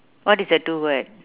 what is the two word